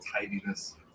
tidiness